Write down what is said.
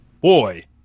Boy